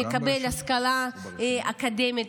שמקבל השכלה אקדמית,